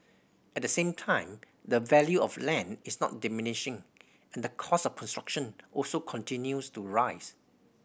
at the same time the value of land is not diminishing and the cost of construction also continues to rise